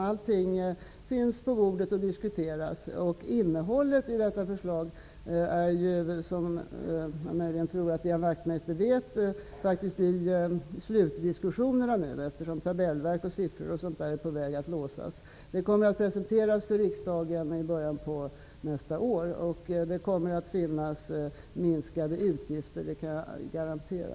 Allting finns på bordet och diskuteras. Innehållet i detta förslag är, som jag möjligen tror att Ian Wachtmeister vet, faktiskt i slutdiskussionerna nu. Tabellverk och siffror är på väg att låsas. Det kommer att presenteras för riksdagen i början av nästa år. Där kommer att finnas utgiftsminskningar, det kan jag garantera.